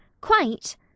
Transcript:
quite